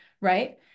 Right